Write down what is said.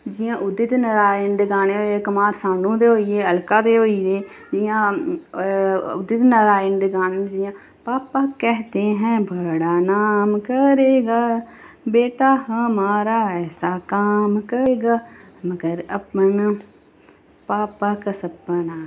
जियां उदित नारायण दे गाने होई गे कुमार सानू दे होई गे अलका दे होई गे जियां उदित नारायण दे गाने न जियां पापा कहते हैं बड़ा काम करेगा बेटा हमारा बड़ा नाम करेगा मगर अपना पापा का सपना